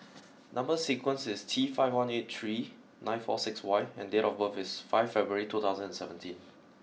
number sequence is T five one eight three nine four six Y and date of birth is fifth February two thousand and seventeen